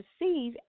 receive